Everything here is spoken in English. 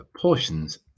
portions